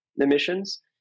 emissions